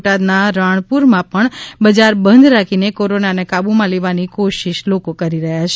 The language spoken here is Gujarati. બોટાદ ના રાણપુર માં પણ બજાર બંધ રાખી કોરોનાને કાબ્ર માં લેવાની કોશિશ લોકોએ કરી છે